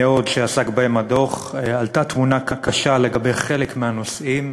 מהדוח עלתה תמונה קשה לגבי חלק מהנושאים